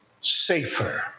safer